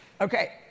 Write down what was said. Okay